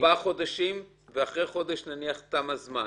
ארבעה חודשים ואחרי חודש נניח תם הזמן?